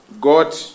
God